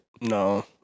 No